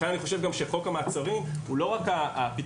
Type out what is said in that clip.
לכן אני חושב שחוק המעצרים הוא לא רק הפתרון